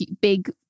big